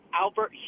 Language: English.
Albert